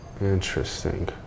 Interesting